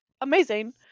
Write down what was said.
Amazing